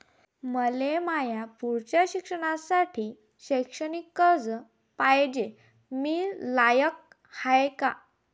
मले माया पुढच्या शिक्षणासाठी शैक्षणिक कर्ज पायजे, मी लायक हाय का?